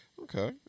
Okay